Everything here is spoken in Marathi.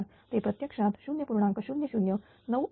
4 ते प्रत्यक्षात 0